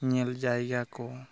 ᱧᱮᱞ ᱡᱟᱭᱜᱟ ᱠᱚ